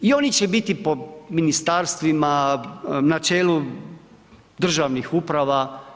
I oni će biti po ministarstvima, na čelu državnih uprava.